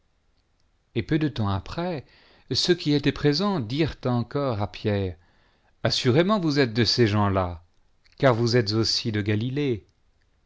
et peu de temps après ceux qui étaient présents dirent encore à pierre assurément vous êtes de ces gens-là car vous êtes aussi de galilée